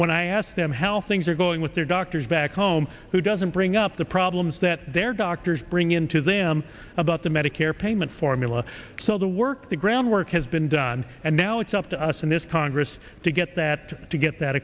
when i ask them how things are going with their doctors back home who doesn't bring up the problems that their doctors bring into them about the medicare payment formula so the work the groundwork has been done and now it's up to us and this congress to get that to get that